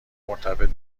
مرتبط